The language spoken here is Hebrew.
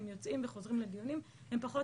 הם יוצאים וחוזרים לדיונים והם פחות